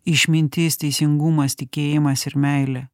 išmintis teisingumas tikėjimas ir meilė